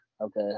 okay